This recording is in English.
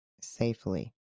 safely